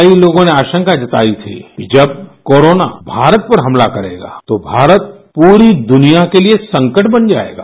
कई लोगों ने आशंका जताई थी कि जब कोरोना भारत पर हमला करेगा तो भारत पूरी दुनिया के लिए संकट बन जाएगा